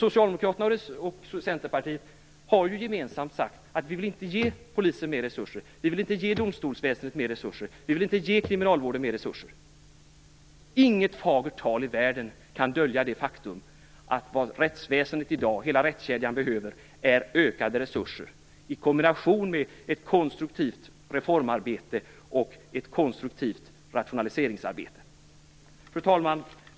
Socialdemokraterna och Centerpartiet har ju gemensamt sagt att de inte vill ge polisen mer resurser. De vill inte ge domstolsväsendet mer resurser. De vill inte ge kriminalvården mer resurser. Inget fagert tal i världen kan dölja det faktum att det som hela rättskedjan i dag behöver är ökade resurser i kombination med ett konstruktivt reformarbete och ett konstruktivt rationaliseringsarbete. Fru talman!